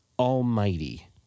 Almighty